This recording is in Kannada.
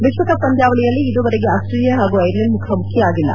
ವಿಶ್ವಕಪ್ ಪಂದ್ಯಾವಳಿಯಲ್ಲಿ ಇದುವರೆಗೆ ಆಸ್ಟೇಲಿಯಾ ಹಾಗು ಐರೆಂಡ್ ಮುಖಾಮುಖಿಯಾಗಿಲ್ಲ